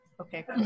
Okay